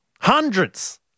hundreds